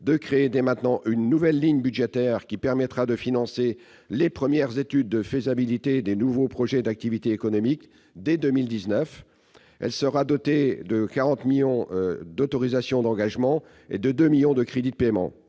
de créer dès maintenant une nouvelle ligne budgétaire qui permettra de financer les premières études de faisabilité des nouveaux projets d'activité économique, dès 2019. Cette ligne sera dotée de 40 millions d'euros en autorisations d'engagement et de 2 millions d'euros en crédits de paiement.